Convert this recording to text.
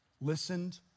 listened